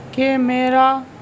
کہ میرا